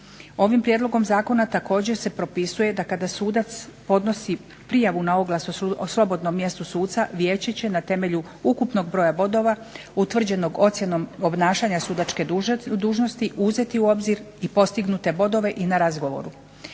Ovim Prijedlogom zakona također se propisuje da kada sudac podnosi prijavu na oglas o slobodnom mjestu suca Vijeće će na temelju ukupnog broja bodova utvrđenog ocjenom obnašanja sudačke dužnosti uzeti u obzir i postignute bodove na razgovoru.